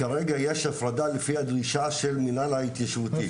כרגע יש הפרדה לפי הדרישה של המינהל ההתיישבותי.